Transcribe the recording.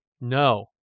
No